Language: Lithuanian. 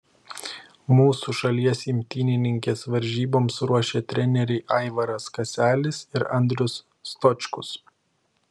mūsų šalies imtynininkes varžyboms ruošė treneriai aivaras kaselis ir andrius stočkus